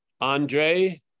Andre